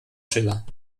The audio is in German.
schiller